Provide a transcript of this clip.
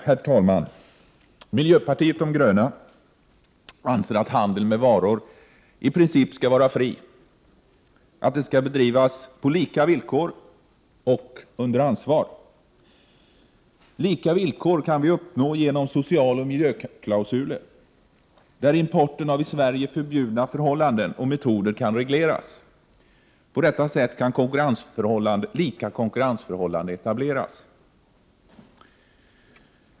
Herr talman! Miljöpartiet de gröna anser att handeln med varor i princip skall vara fri och att den skall bedrivas på lika villkor och med ansvar. Lika villkor kan uppnås genom socialoch miljöklausuler, där importen baserad på i Sverige förbjudna förhållanden och metoder kan regleras. På detta sätt kan lika konkurrensförhållanden etableras.